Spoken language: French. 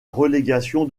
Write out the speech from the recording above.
relégation